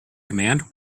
command